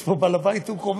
יש פה בעל-בית, הוא קובע.